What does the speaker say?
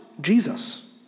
Jesus